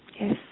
Yes